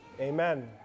Amen